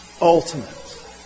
ultimate